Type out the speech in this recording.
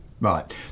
Right